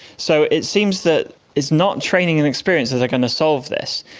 so it seems that it's not training and experience that's going to solve this.